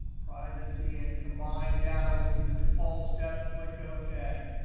privacy, and combine data. we'll do the default step, click ok.